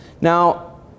Now